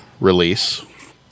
release